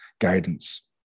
guidance